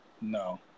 No